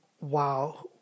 wow